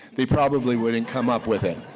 they probably wouldn't come up with it,